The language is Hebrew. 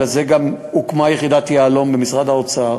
ולזה גם הוקמה יחידת "יהלום" במשרד האוצר,